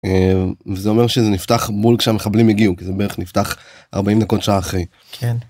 זה אומר שזה נפתח בול כשהמחבלים הגיעו כי זה בערך נפתח 40 דקות, שעה אחרי.